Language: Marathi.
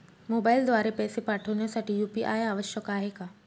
मोबाईलद्वारे पैसे पाठवण्यासाठी यू.पी.आय आवश्यक आहे का?